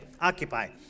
occupy